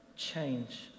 change